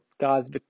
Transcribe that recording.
God's